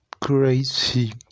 crazy